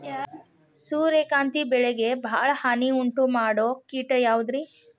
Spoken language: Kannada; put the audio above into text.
ಸೂರ್ಯಕಾಂತಿ ಬೆಳೆಗೆ ಭಾಳ ಹಾನಿ ಉಂಟು ಮಾಡೋ ಕೇಟ ಯಾವುದ್ರೇ?